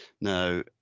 now